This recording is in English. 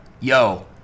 yo